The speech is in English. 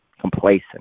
complacent